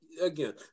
again